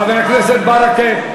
חבר הכנסת ברכה,